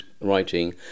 writing